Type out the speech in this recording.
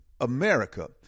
America